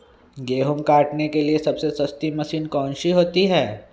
गेंहू काटने के लिए सबसे सस्ती मशीन कौन सी होती है?